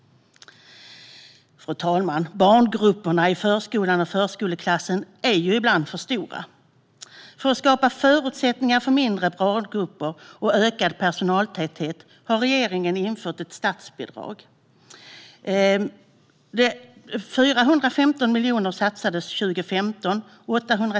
Fru talman! Barngrupperna i förskolan och i förskoleklassen är ibland för stora. För att skapa förutsättningar för mindre barngrupper och ökad personaltäthet har regeringen infört ett statsbidrag. År 2015 satsades 415 miljoner.